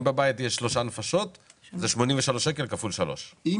אם בבית יש 3 נפשות זה 83 שקלים כפול 3. אם